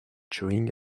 chewing